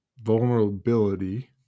vulnerability